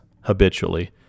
habitually